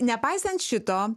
nepaisant šito